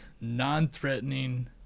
non-threatening